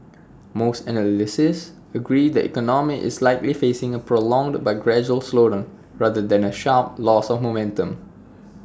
most analysts agree the economy is likely facing A prolonged but gradual slowdown rather than A sharp loss of momentum